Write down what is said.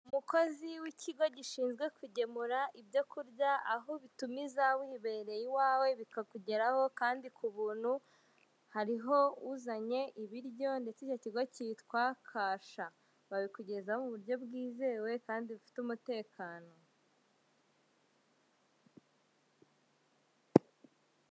Umukozi w'ikigo gishinzwe kugemura ibyo kurya aho bitumiza wibereye iwawe bikakugeraho kandi ku buntu hariho uzanye ibiryo ndetse iki kigo cyitwa Kasha babikugezaho muuburyo bwizewe kandi bufite umutekano.